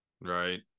right